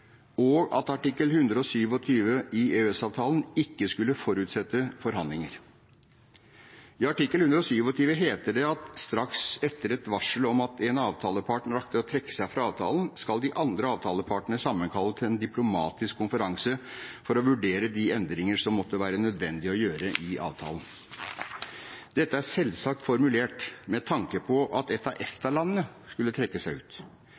og at artikkel 127 i EØS-avtalen ikke skulle forutsette forhandlinger? I artikkel 127 heter det: «Straks etter varselet om at en avtalepart akter å trekke seg fra avtalen, skal de andre avtalepartene sammenkalle en diplomatisk konferanse for å vurdere de endringer det måtte være nødvendig å gjøre i avtalen.» Dette er selvsagt formulert med tanke på at et av EFTA-landene skulle trekke seg ut.